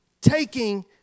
taking